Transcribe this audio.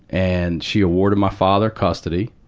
and she awarded my father custody,